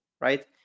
right